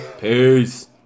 Peace